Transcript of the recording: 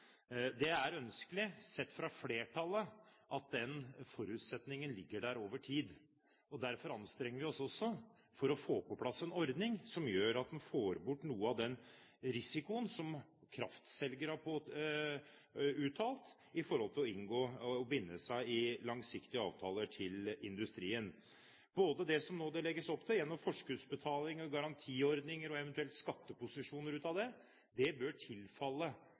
Det er ønskelig sett fra flertallet at den forutsetningen ligger der over tid. Derfor anstrenger vi oss også for å få på plass en ordning som gjør at man får bort noe av den risikoen som kraftselgere har uttalt i forhold til å binde seg til langsiktige avtaler i industrien. Både det som det nå legges opp til gjennom forskuddsbetaling og garantiordninger og eventuelle skatteposisjoner av det, bør tilfalle